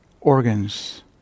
organs